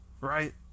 right